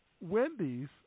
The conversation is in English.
Wendy's